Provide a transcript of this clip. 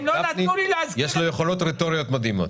יש לו יכולות רטוריות מדהימות.